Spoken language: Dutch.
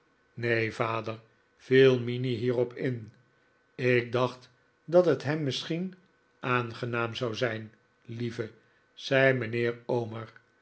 neenj vader viel minnie hierop in ik dacht dat het hem misschien aangenaam zou zijn lieve zei mijnheer omer